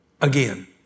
again